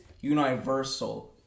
universal